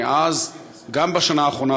גם בשנה האחרונה,